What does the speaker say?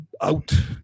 out